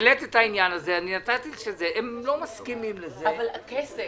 העלית את העניין הזה והם לא מסכימים לזה -- אבל הכסף...